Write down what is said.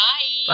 Bye